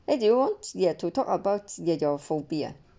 where do you want to talk about your your phobia